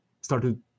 started